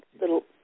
little